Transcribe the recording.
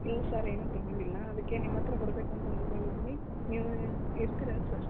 ಇಲ್ಲ ಸರ್ ಏನು ತಗೊಂಡಿಲ್ಲ ಅದಕ್ಕೆ ನಿಮ್ಮ ಹತ್ರ ಬರಬೇಕು ಅಂತ ಅಂದ್ಕೊಂಡಿದ್ವಿ ನೀವು ಇರ್ತೀರೇನು ಸರ್